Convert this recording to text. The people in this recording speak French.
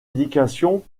éducation